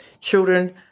children